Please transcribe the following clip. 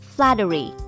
Flattery